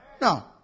No